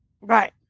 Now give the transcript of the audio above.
Right